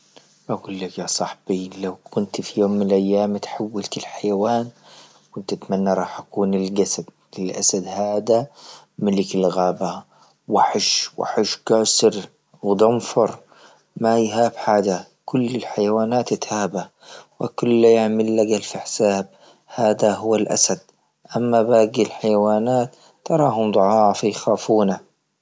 بقلك ياصاحبي لو كنت في يوم من أيام إتحولت لحيوان وتتمنى راح تكون في القسد الأسد هذا ملك الغابة وحش وحش كاسر وضنفر ما يهاب حاجة، كل الحيوانات التهابه وكله يعمله الف حساب هذا هو الأسد. أما باقي الحيوانات تراهم ضعاف يخافونه.